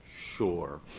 sure.